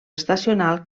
estacional